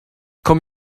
kom